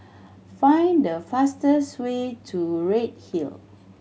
find the fastest way to Redhill